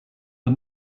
are